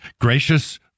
gracious